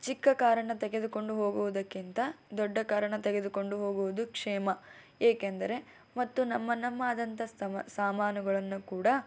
ಚಿಕ್ಕ ಕಾರನ್ನು ತೆಗೆದುಕೊಂಡು ಹೋಗುವುದಕ್ಕಿಂತ ದೊಡ್ಡ ಕಾರನ್ನು ತೆಗೆದುಕೊಂಡು ಹೋಗುವುದು ಕ್ಷೇಮ ಏಕೆಂದರೆ ಮತ್ತು ನಮ್ಮ ನಮ್ಮದಾದಂಥ ಸಾಮಾನುಗಳನ್ನು ಕೂಡ